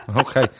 Okay